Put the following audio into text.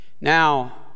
now